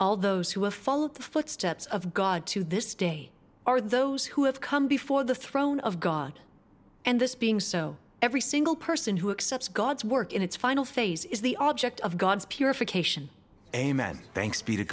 all those who have followed the footsteps of god to this day are those who have come before the throne of god and this being so every single person who accepts god's work in its final phase is the object of god's purification amen thank